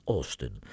Austin